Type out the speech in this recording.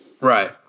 Right